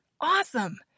awesome